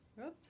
Oops